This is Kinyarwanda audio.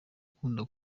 akunda